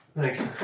Thanks